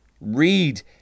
read